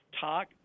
talk